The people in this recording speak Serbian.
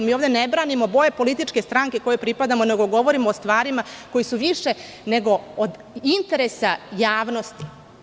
Mi ovde ne branimo boje političke stranke kojoj pripadamo, nego govorimo o stvarima koje su više nego od interesa javnosti.